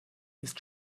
ist